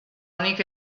onik